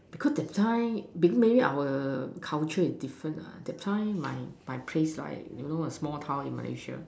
because that time b~ maybe our culture and different lah that time my my place right you know small town in Malaysia